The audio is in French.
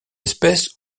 espèces